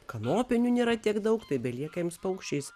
kanopinių nėra tiek daug tai belieka jiems paukščiais